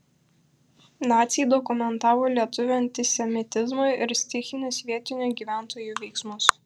naciai dokumentavo lietuvių antisemitizmą ir stichinius vietinių gyventojų veiksmus